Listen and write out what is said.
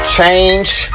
Change